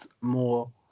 more